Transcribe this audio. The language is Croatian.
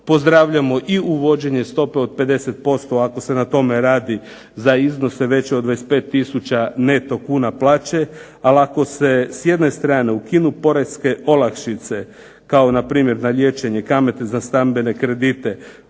Pozdravljam i uvođenje stope od 50% ako se na tome radi za iznose veće od 25 tisuća neto kuna plaće, ali ako se s jedne strane ukinu poreske olakšice kao npr. na liječenje, kamate za stambene kredite,